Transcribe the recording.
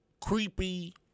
creepy